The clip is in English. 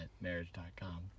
Marriage.com